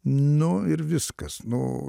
nu ir viskas nu